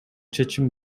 чечим